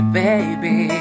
baby